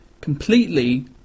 completely